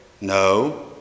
No